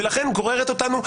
ולכן גוררת אותנו.